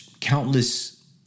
countless